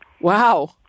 Wow